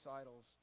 idols